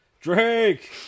Drake